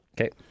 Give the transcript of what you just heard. Okay